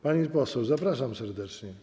Pani poseł, zapraszam serdecznie.